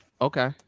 Okay